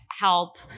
help